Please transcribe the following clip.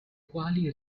quali